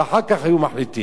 ואחר כך היו מחליטים.